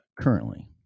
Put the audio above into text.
currently